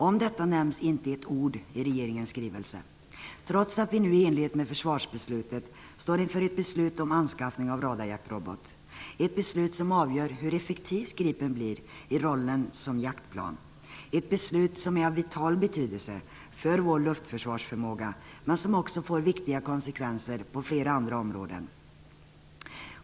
Om detta nämns inte ett ord i regeringens skrivelse, trots att vi nu i enlighet med försvarsbeslutet står inför ett beslut om anskaffning av en radarjaktrobot, ett beslut om hur effektivt JAS blir i rollen som jaktplan, ett beslut som är av vital betydelse för vår luftförsvarsförmåga men som också får viktiga konsekvenser på flera andra områden.